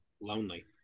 lonely